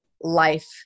life